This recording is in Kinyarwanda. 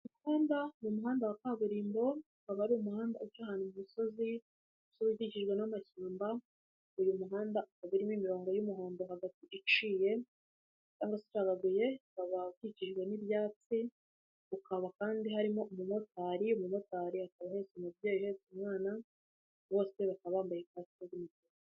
Umuhanda, ni umuhanda wa kaburimbo, ukaba ari umuhanda uca ahantu ku musozi, umusozi ukikijwe n'amashyamba, uyu muhanda akaba urimo imirongo y'umuhondo hagati iciye cyangwa se ucagaguye, ukaba ukikijwe n'ibyatsi, ukaba kandi harimo umumotari, umumotari akaba ahetse umubyeyi uhetse mwana, bose bakaba bambaye kasike ibarinda.